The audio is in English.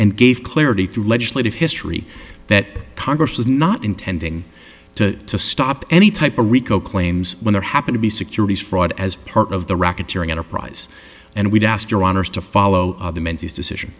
and gave clarity through legislative history that congress was not intending to to stop any type of rico claims when there happen to be securities fraud as part of the racketeering enterprise and we've asked your honour's to follow the mentees decision